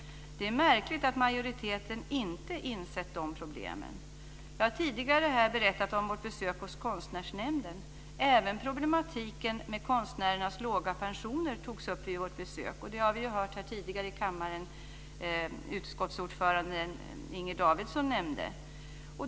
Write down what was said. Det är märkligt att majoriteten inte har insett de problemen. Jag har tidigare här berättat om vårt besök hos Konstnärsnämnden. Även problematiken med konstnärernas låga pensioner togs upp vid vårt besök. Och det har vi ju hört om tidigare här i kammaren. Utskottsordföranden Inger Davidson nämnde det.